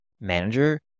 manager